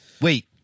Wait